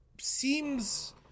seems